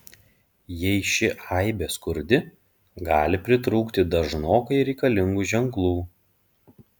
jei ši aibė skurdi gali pritrūkti dažnokai reikalingų ženklų